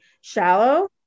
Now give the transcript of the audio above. shallow